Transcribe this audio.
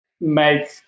make